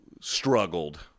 struggled